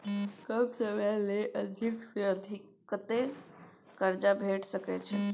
कम समय ले अधिक से अधिक कत्ते कर्जा भेट सकै छै?